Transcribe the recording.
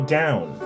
down